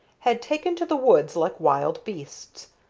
had taken to the woods like wild beasts.